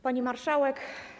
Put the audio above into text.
Pani Marszałek!